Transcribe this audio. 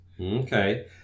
Okay